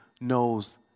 knows